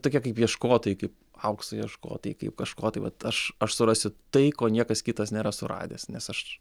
tokie kaip ieškotojai kaip aukso ieškotojai kaip kažko tai vat aš aš surasiu tai ko niekas kitas nėra suradęs nes aš